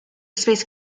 space